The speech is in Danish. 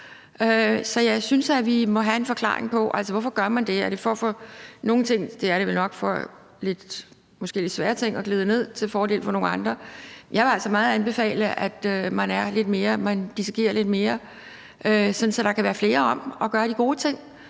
Så jeg synes, vi må have en forklaring på, hvorfor man gør det. Er det for – det er det vel nok – at få nogle måske lidt svære ting til at glide ned til fordel for nogle andre? Jeg vil altså meget anbefale, at man dissekerer lidt mere, så der kan være flere om at gøre de gode ting,